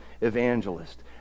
evangelist